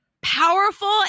powerful